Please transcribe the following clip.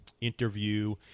interview